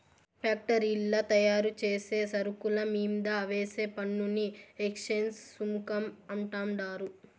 ఫ్యాక్టరీల్ల తయారుచేసే సరుకుల మీంద వేసే పన్నుని ఎక్చేంజ్ సుంకం అంటండారు